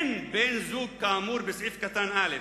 באין בן-זוג כאמור בסעיף קטן (א)